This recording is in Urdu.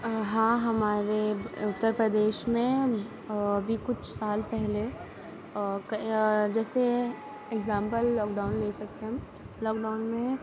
ہاں ہمارے اُترپردیش میں ابھی کچھ سال پہلے جیسے ایگزامپل لاک ڈاؤن لے سکتے ہم لاک ڈاؤن میں